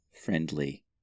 friendly